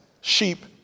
sheep